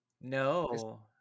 No